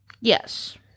Yes